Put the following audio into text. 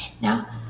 Now